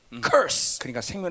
curse